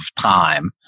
time